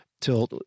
till